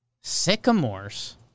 Sycamores